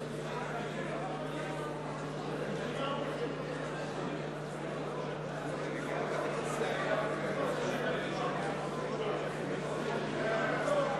לסעיף 40(3), הסתייגות 88. נא לשבת.